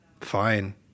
fine